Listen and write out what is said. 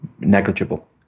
negligible